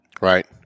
right